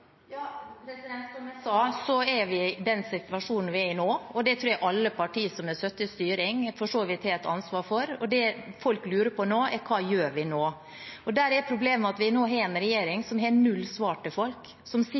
Som jeg sa, er vi i den situasjonen vi er i nå, og det tror jeg alle partier som har sittet i regjering, for så vidt har et ansvar for. Det folk lurer på nå, er hva gjør vi nå. Problemet er at vi nå har en regjering som har null svar til folk som sitter